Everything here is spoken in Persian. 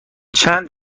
چند